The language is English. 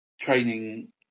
training